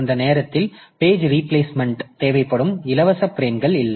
அந்த நேரத்தில் page replacement தேவைப்படும் இலவச பிரேம்கள் இல்லை